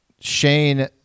Shane